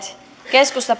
keskusta